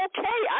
Okay